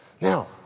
Now